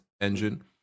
engine